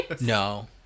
no